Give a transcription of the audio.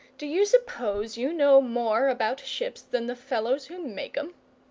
d'you suppose you know more about ships than the fellows who make em?